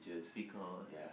it's because